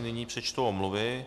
Nyní přečtu omluvy.